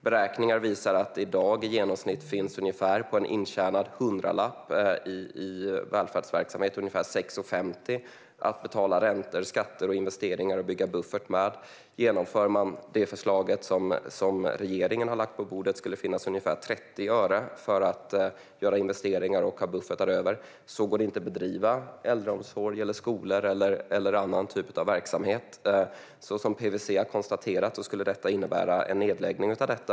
Beräkningar visar att det i dag på en intjänad hundralapp i välfärdsverksamheten finns i genomsnitt ungefär 6,50 kronor till att betala räntor, skatter och investeringar och bygga buffert med. Genomför man förslaget som regeringen har lagt på bordet skulle det finnas ungefär 30 öre till att göra investeringar och ha en buffert över. Så går det inte att driva äldreomsorg eller skolor eller annan välfärdsverksamhet. Som PWC har konstaterat skulle förslaget innebära nedläggning av detta.